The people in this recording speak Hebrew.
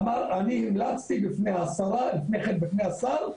הוא אמר אני המלצתי בפני השרה, לפני כן בפני השר,